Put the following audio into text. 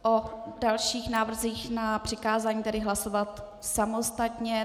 O dalších návrzích na přikázání budeme hlasovat samostatně.